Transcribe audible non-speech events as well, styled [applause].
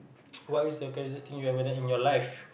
[noise] what is the craziest thing you've ever done in your life